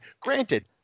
Granted